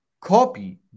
copy